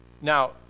Now